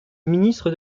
ministre